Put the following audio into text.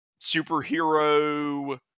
superhero